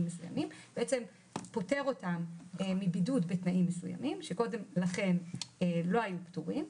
מסוימים ובעצם פוטר אותם מבידוד בתנאים מסוימים שקודם לא היו פטורים.